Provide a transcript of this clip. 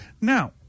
Now